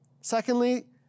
Secondly